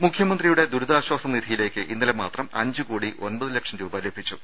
രുമ മുഖ്യമന്ത്രിയുടെ ദുരിതാശ്വാസ നിധിയിലേക്ക് ഇന്നലെ മാത്രം അഞ്ചു കോടി ഒമ്പത് ലക്ഷം രൂപ ലഭിച്ചു